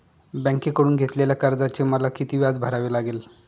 बँकेकडून घेतलेल्या कर्जाचे मला किती व्याज भरावे लागेल?